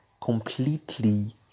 completely